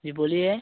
जी बोलिए